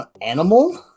Animal